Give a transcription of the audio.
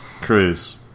Cruise